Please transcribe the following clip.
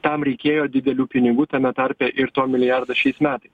tam reikėjo didelių pinigų tame tarpe ir to milijardo šiais metais